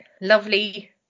lovely